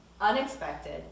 unexpected